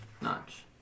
Notch